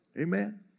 Amen